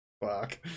Fuck